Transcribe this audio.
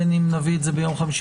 בין אם נביא את זה ביום חמישי,